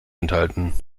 enthalten